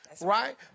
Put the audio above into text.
right